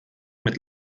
mit